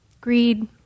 greed